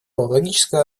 логическое